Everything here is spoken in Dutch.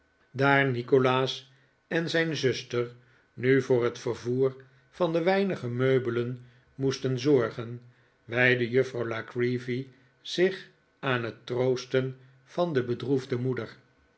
daar nikolaas en zijn zuster nu voor het vervoer van de weinige meubelen moesten zorgen wijdde juffrouw la creevy zich aan het troosten van de bedroefde moeder